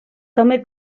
també